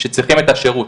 שצריכים את השירות.